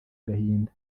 gahinda